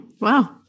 Wow